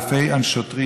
אלפי השוטרים,